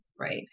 right